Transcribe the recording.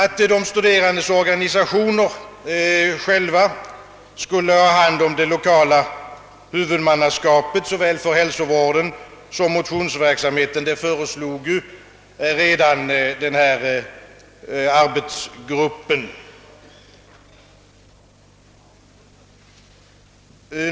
Att de studerandes organisationer själva skulle ha hand om det lokala huvudmannaskapet för såväl hälsovården som motionsverksamheten, föreslogs ju redan av arbetsgruppen.